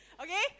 Okay